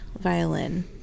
violin